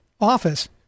office